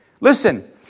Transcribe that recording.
Listen